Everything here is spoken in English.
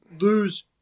lose